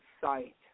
site